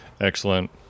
Excellent